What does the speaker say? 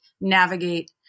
navigate